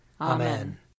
Amen